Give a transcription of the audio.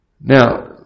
Now